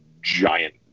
giant